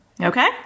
Okay